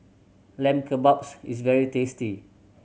Lamb Kebabs is very tasty